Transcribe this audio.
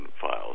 files